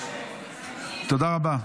תודה רבה.